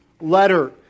letter